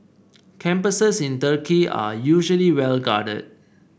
campuses in Turkey are usually well guarded